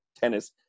tennis